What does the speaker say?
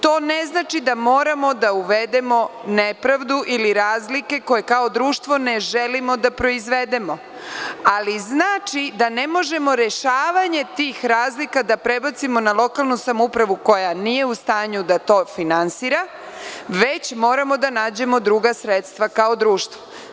To ne znači da moramo da uvedemo nepravdu ili razlike koje kao društvo ne želimo da proizvedemo, ali znači da ne možemo rešavanje tih razlika da prebacimo na lokalnu samoupravu koja nije u stanju da to finansira, već moramo da nađemo druga sredstva kao društvo.